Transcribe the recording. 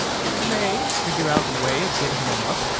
we may figure out a way of getting them up.